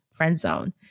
friendzone